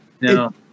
No